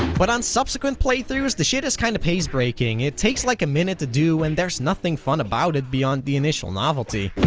but on subsequent playthroughs the shit is kinda pace breaking it takes like a minute to do and there's nothing fun about it beyond the initial novelty.